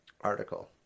article